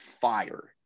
fire